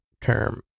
term